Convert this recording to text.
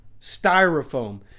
Styrofoam